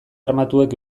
armatuek